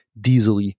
diesel